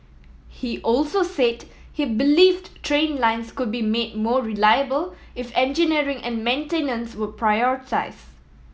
he also said he believed train lines could be made more reliable if engineering and maintenance were prioritised